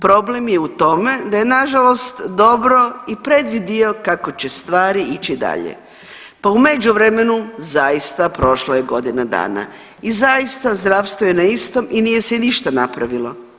Problem je u tome da je nažalost dobro i predvidio kako će stvari ići dalje pa u međuvremenu zaista, prošla je godina dana i zaista, zdravstvo je na istom i nije se ništa napravilo.